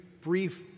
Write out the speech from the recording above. brief